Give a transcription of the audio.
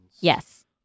Yes